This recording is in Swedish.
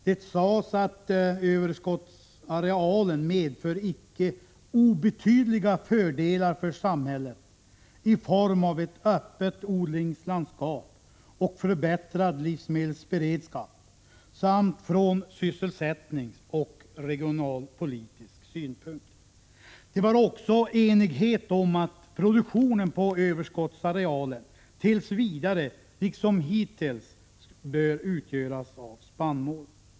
Det sades att överskottsarealen medför icke obetydliga fördelar för samhället i form av ett öppet odlingslandskap och förbättrad livsmedelsberedskap. Dessutom skull det vara bra från sysselsättningssynpunkt och regionalpolitisk synpunkt. Det råder också enighet om att produktionen på överskottsarealen tills vidare, liksom hittills, bör utgöras av spannmål.